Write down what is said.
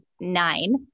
nine